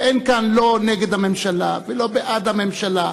ואין כאן לא נגד הממשלה ולא בעד הממשלה,